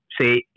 say